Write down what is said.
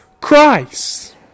Christ